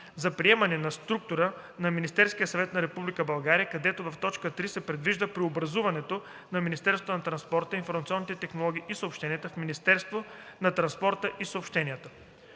за приемане на структура на Министерския съвет на Република България, където в т. 3 се предвижда преобразуването на Министерството на транспорта, информационните технологии и съобщенията в Министерство на транспорта и съобщенията.